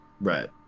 right